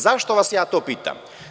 Zašto vas to pitam?